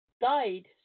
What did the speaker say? died